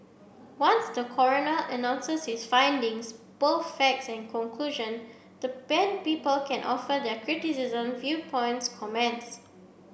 once the coroner announces his findings both facts and conclusion then people can offer their criticism viewpoints comments